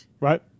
Right